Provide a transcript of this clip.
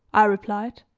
i replied,